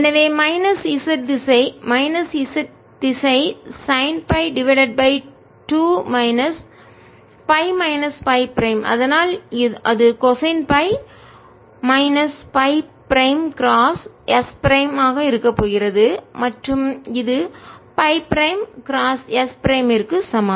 எனவே minus z திசை minus z திசை sine pi divided by 2 minus Φஃபை மைனஸ் Φ பிரைம் அதனால் அது cosine pi minus phi prime cross s prime இருக்கப் போகிறது மற்றும் இது Φ பிரைம் கிராஸ் s பிரைமிற்கு சமம்